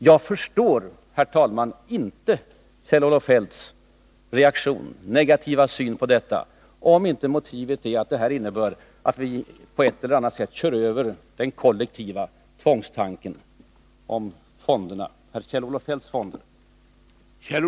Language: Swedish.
Jag förstår, herr talman, inte Kjell-Olof Feldts reaktion, hans negativa syn på detta — om inte motivet är att det här sparandet innebär att vi på ett eller annat sätt kör över tanken på kollektivt tvångssparande i Kjell-Olof Feldts fonder.